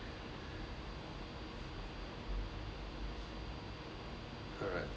alright